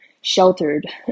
sheltered